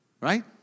Right